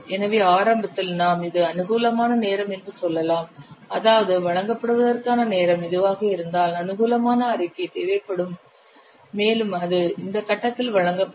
எனவே ஆரம்பத்தில் நாம் இது அனுகூலமான நேரம் என்று சொல்லலாம் அதாவது வழங்குவதற்கான நேரம் இதுவாக இருந்தால் அனுகூலமான அறிக்கை தேவைப்படும் மேலும் அது இந்த கட்டத்தில் வழங்கப்படும்